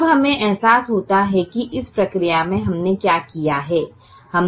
अब हमें एहसास होता है कि इस प्रक्रिया में हमने क्या किया है